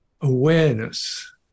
awareness